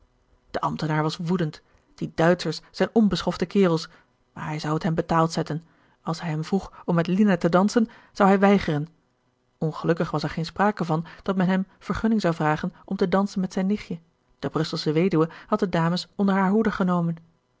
de ambtenaar was woedend die duitschers zijn onbeschofte kerels maar hij zou het hem betaald zetten als hij hem vroeg om met lina te dansen zou hij weigeren ongelukkig was er geen sprake van dat men hem vergunning zou vragen om te dansen met zijn nichtje de brusselsche weduwe had de dames onder hare hoede genomen